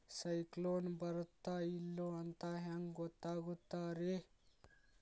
ಸೈಕ್ಲೋನ ಬರುತ್ತ ಇಲ್ಲೋ ಅಂತ ಹೆಂಗ್ ಗೊತ್ತಾಗುತ್ತ ರೇ?